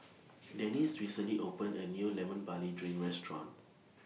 Denis recently opened A New Lemon Barley Drink Restaurant